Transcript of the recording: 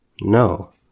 no